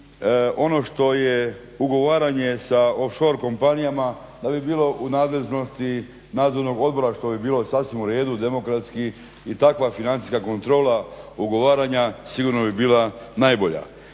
ono što je ugovaranje sa off shore kompanijama da bi bilo u nadležnosti Nadzornog odbora što bi bilo sasvim u redu demokratski i takva financijska kontrola ugovaranja sigurno bi bila najbolja.